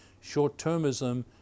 Short-termism